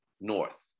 North